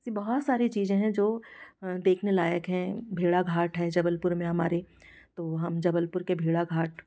ऐसी बहुत सारी चीजें हैं जो देखने लायक हैं भेड़ाघाट है जबलपुर में हमारे तो हम जबलपुर के भेड़ाघाट